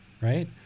right